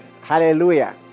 Hallelujah